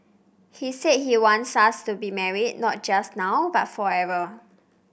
he said he wants us to be married not just now but forever